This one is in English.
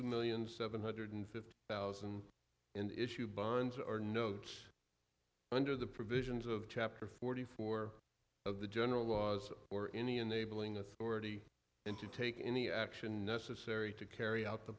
millions of a hundred fifty thousand and issue bonds or notes under the provisions of chapter forty four of the general was or any enabling authority and to take any action necessary to carry out the